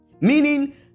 Meaning